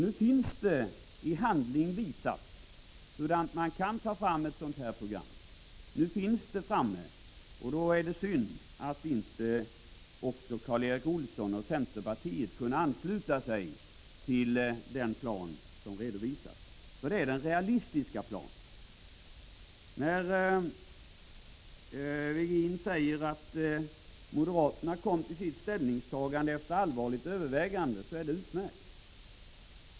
Nu finns det i handling visat hur man kan ta fram ett sådant här program. Nu finns det framme, och då är det synd att inte också Karl Erik Olsson och centerpartiet kunnat ansluta sig till den plan som redovisats, för det är den realistiska planen. När Ivar Virgin säger att moderaterna kom till sitt ställningstagande efter allvarligt övervägande, så är det utmärkt.